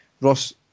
Ross